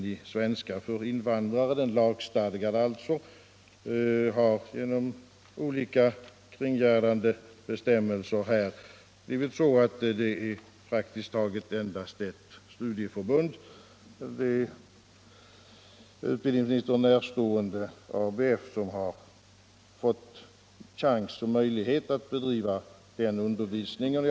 Jag vill ju erinra om att genom olika kringgärdande bestämmelser praktisk taget endast ett studieförbund — det utbildningsministern närstående ABF -— har fått chans och möjlighet att bedriva den lagstadgade undervisningen i svenska för invandrare.